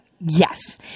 Yes